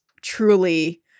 truly